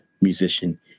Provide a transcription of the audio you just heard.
musician